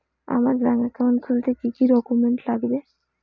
আমার bank account খুলতে কি কি ডকুমেন্ট লাগবে?